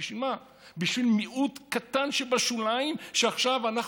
בשביל מה, בשביל מיעוט קטן שבשוליים עכשיו אנחנו